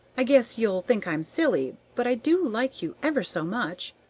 i guess you'll think i'm silly, but i do like you ever so much!